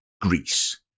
Greece